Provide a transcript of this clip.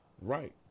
Right